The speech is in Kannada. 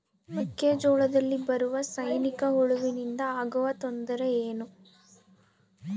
ಮೆಕ್ಕೆಜೋಳದಲ್ಲಿ ಬರುವ ಸೈನಿಕಹುಳುವಿನಿಂದ ಆಗುವ ತೊಂದರೆ ಏನು?